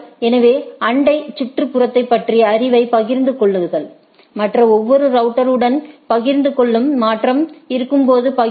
எனவே அண்டை சுற்றுப்புறத்தைப் பற்றிய அறிவைப் பகிர்ந்து கொள்ளுங்கள் மற்ற ஒவ்வொரு ரவுட்டர் உடனும் பகிர்ந்து கொள்ளுங்கள் மாற்றம் இருக்கும்போது பகிரவும்